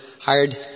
hired